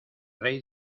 rey